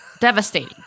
devastating